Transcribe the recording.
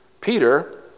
Peter